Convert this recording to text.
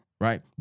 right